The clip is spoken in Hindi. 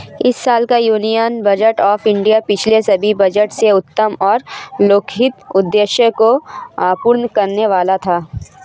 इस साल का यूनियन बजट ऑफ़ इंडिया पिछले सभी बजट से उत्तम और लोकहित उद्देश्य को पूर्ण करने वाला था